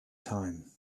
time